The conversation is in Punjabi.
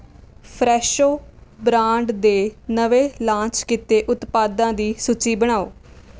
ਫਰੈਸ਼ੋ ਬ੍ਰਾਂਡ ਦੇ ਨਵੇਂ ਲਾਂਚ ਕੀਤੇ ਉਤਪਾਦਾਂ ਦੀ ਸੂਚੀ ਬਣਾਓ